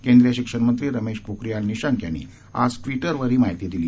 केंद्रीय शिक्षण मंत्री रमेश पोखरियाल निशंक यांनी आज ट्विटरवर ही माहिती दिली